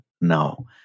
now